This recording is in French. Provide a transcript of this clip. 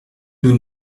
nous